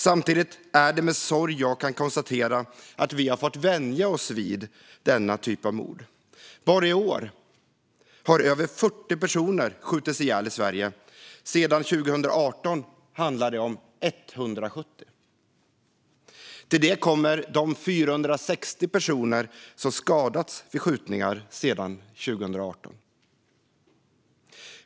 Samtidigt är det med sorg jag kan konstatera att vi har fått vänja oss vid denna typ av mord. Bara i år har över 40 personer skjutits ihjäl i Sverige. Sedan 2018 handlar det om 170 personer. Till det kommer de 460 personer som skadats vid skjutningar sedan 2018.